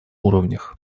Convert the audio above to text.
уровнях